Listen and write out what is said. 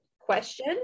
question